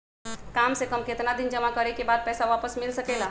काम से कम केतना दिन जमा करें बे बाद पैसा वापस मिल सकेला?